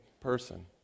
person